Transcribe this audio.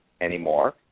anymore